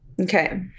Okay